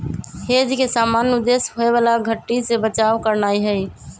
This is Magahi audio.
हेज के सामान्य उद्देश्य होयबला घट्टी से बचाव करनाइ हइ